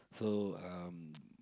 so um